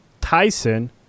Tyson